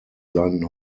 seinen